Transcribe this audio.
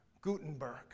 Gutenberg